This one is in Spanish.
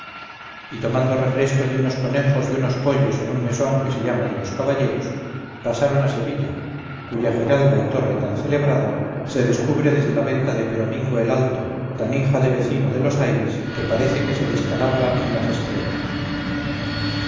y tomando refresco de unos conejos y unos pollos en un mesón que se llama de los caballeros pasaron a sevilla cuya giralda y torre tan celebrada se descubre desde la venta de peromingo el alto tan hija de vecino de los aires que parece que se descalabra en las estrellas